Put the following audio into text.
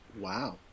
Wow